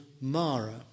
Mara